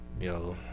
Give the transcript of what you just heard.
Yo